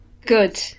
good